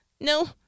no